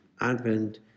Advent